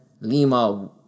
Lima